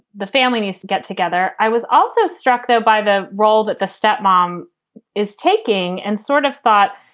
the family needs to get together. i was also struck, though, by the role that the step mom is taking and sort of thought,